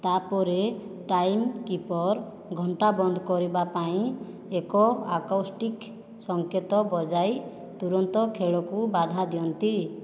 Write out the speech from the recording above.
ତା'ପରେ time keeper ଘଣ୍ଟା ବନ୍ଦ କରିବା ପାଇଁ ଏକ ଆକାଉଷ୍ଟିକ୍ ସଙ୍କେତ ବଜାଇ ତୁରନ୍ତ ଖେଳକୁ ବାଧା ଦିଅନ୍ତି